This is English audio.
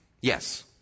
Yes